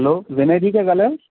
hello Vinay ji था ॻाल्हायो